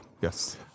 Yes